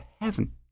heaven